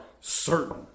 certain